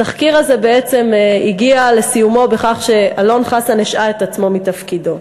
התחקיר הזה הגיע לסיומו בכך שאלון חסן השעה את עצמו מתפקידו.